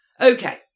Okay